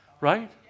Right